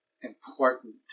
important